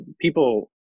people